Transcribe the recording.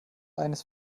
eines